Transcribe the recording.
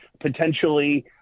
potentially